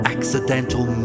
Accidental